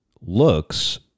looks